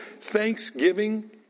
Thanksgiving